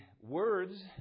words